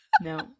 No